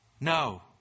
No